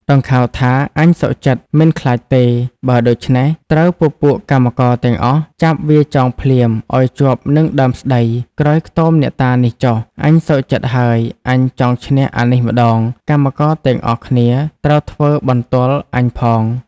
ដង្ខៅថា អញសុខចិត្ត មិនខ្លាចទេ បើដូច្នេះ ត្រូវពពួកកម្មករទាំងអស់ ចាប់វាចងភ្លាមឲ្យជាប់នឹងដើមស្តី ក្រោយខ្ទមអ្នកតានេះចុះ អញសុខចិត្តហើយ អញចង់ឈ្នះអានេះម្តង កម្មករទាំងអស់គ្នាត្រូវធ្វើបន្ទាល់អញផង។